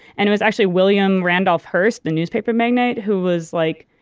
and it was actually william randolph hearst, the newspaper magnate who was like,